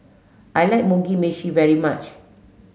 I like Mugi Meshi very much